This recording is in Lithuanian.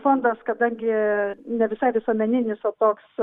fondas kadangi ne visai visuomeninis o toks